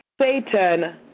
Satan